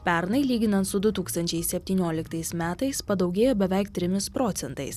pernai lyginant su du tūkstančiai septynioliktais metais padaugėjo beveik trimis procentais